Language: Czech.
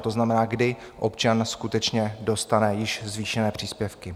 To znamená, kdy občan skutečně dostane již zvýšené příspěvky?